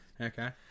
Okay